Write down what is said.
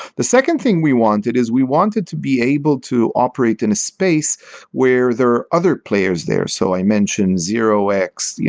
the second thing we wanted is we wanted to be able to operate in a space where there are other players there. so i mentioned zero x.